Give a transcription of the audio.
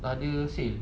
ada sale